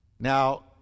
Now